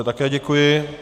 Také děkuji.